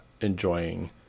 enjoying